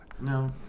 No